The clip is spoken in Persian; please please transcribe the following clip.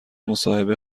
مصاحبه